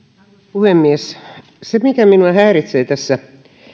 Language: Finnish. puhemies se minua häiritsee tässä